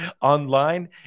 online